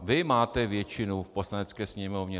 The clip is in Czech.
Vy máte většinu v Poslanecké sněmovně.